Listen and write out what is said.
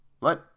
Let